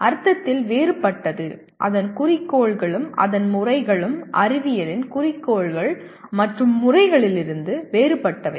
அர்த்தத்தில் வேறுபட்டது அதன் குறிக்கோள்களும் அதன் முறைகளும் அறிவியலின் குறிக்கோள்கள் மற்றும் முறைகளிலிருந்து வேறுபட்டவை